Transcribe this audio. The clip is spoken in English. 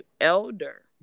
elder